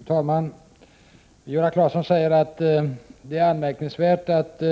Fru talman! Viola Claesson säger att det är anmärkningsvärt, att